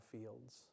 fields